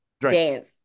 Dance